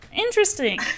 Interesting